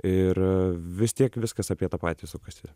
ir vis tiek viskas apie tą patį sukasi